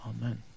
Amen